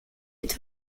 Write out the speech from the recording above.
est